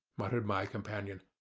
muttered my companion.